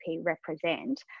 represent